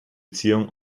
beziehungen